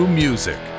music